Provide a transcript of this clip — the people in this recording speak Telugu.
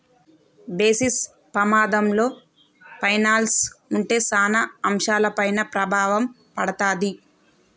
బేసిస్ పమాధంలో పైనల్స్ ఉంటే సాన అంశాలపైన ప్రభావం పడతాది